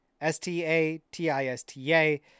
S-T-A-T-I-S-T-A